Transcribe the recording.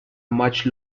much